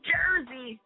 Jersey